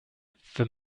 for